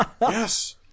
yes